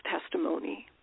testimony